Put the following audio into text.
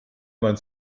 mein